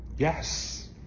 Yes